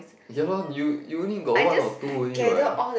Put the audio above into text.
ya lor you you only got one or two only what